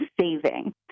saving